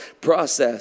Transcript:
process